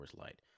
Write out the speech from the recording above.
Light